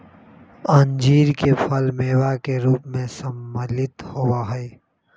अंजीर के फल मेवा के रूप में सम्मिलित होबा हई